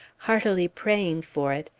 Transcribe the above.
heartily praying for it,